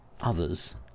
others